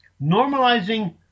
normalizing